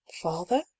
Father